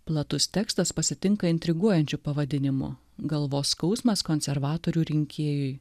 platus tekstas pasitinka intriguojančiu pavadinimu galvos skausmas konservatorių rinkėjui